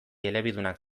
elebidunak